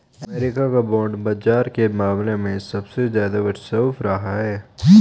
अमरीका का बांड बाजार के मामले में सबसे ज्यादा वर्चस्व रहा है